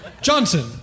Johnson